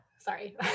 sorry